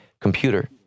computer